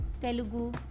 Telugu